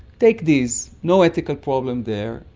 take these, no ethical problem there,